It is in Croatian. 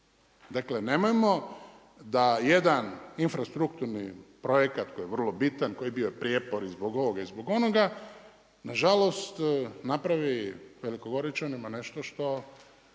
Dakle nemojmo da jedan infrastrukturni projekat koji je vrlo bitan koji je bio prijepor i zbog ovoga i zbog onoga, nažalost napravi Velikogoričanima nešto što